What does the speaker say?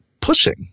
pushing